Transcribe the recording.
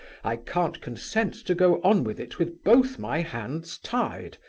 i can't consent to go on with it with both my hands tied,